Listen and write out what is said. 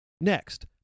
Next